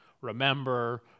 remember